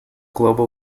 global